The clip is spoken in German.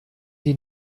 die